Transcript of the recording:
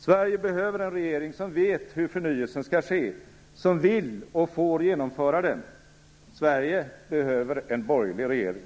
Sverige behöver en regering som vet hur förnyelsen skall ske, och som vill och får genomföra den. Sverige behöver en borgerlig regering!